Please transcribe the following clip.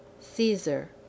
Caesar